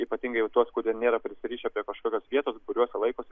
ypatingai jau tuos kurie nėra prisirišę prie kažkokios vietos kurios jie laikosi